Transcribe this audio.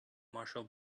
marshall